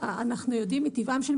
אז בואו נקבע גם ועדה מייעצת.